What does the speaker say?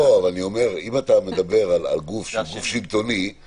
אם אתה מדבר על גוף שהוא שלטוני,